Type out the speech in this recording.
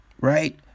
Right